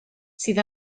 sydd